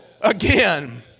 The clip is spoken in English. again